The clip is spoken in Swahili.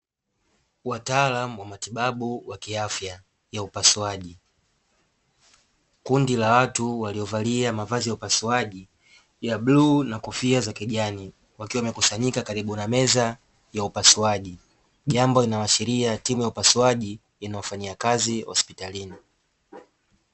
Wataalamu wa matibabu wa kiafya ya upasuaji. Kundi la watu waliovalia mavazi ya upasuaji ya bluu na kofia za kijani, wakiwa wamekusanyika karibu na meza ya upasuaji, jambo linaloashiria timu ya upasuaji inayofanya kazi hospitalini.